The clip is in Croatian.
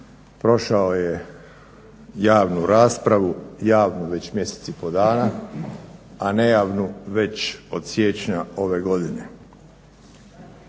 prošao je javnu raspravu, javnu već mjesec i pol dana, a nejavnu već od siječnja ove godine.